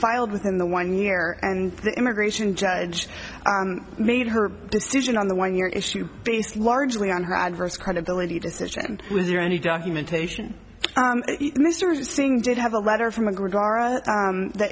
filed within the one year and the immigration judge made her decision on the one year issue based largely on her adverse credibility decision was there any documentation mr singh did have a letter from a